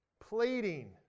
pleading